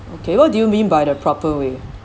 okay what do you mean by the proper way